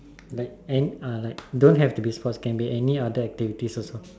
then and like don't have to be sports can be any other activities also